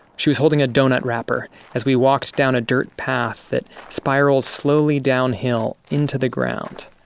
she was holding a donut wrapper as we walked down a dirt path that spirals slowly downhill, into the ground.